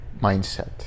mindset